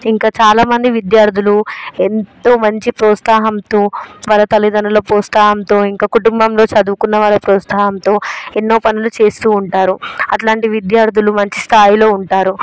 ఇంకా చాలామంది విద్యార్థులు ఎంతో మంచి ప్రోత్సాహంతో వాళ్ళ తల్లిదండ్రుల ప్రోత్సాహంతో ఇంకా కుటుంబంలో చదువుకున్న వాళ్ళ ప్రోత్సాహంతో ఎన్నో పనులు చేస్తు ఉంటారు అలాంటి విద్యార్థులు మంచి స్థాయిలో ఉంటారు